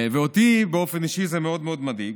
ואותי באופן אישי זה מאוד מאוד מדאיג.